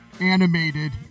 animated